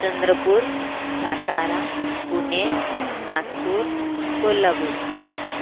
Chandrapur Satara Pune Nagpur Kolhapur